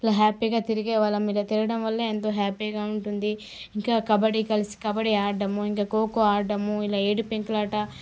ఇలా హ్యాపీగా తిరిగే వాళ్ళము ఇలా తిరగడం వల్ల ఎంతో హ్యాపీగా ఉంటుంది ఇంకా కబడి కలిసి కలిసి కబడి ఆడడం ఇంకా ఖోఖో ఆడడం ఇలా ఏడు పెంకులాట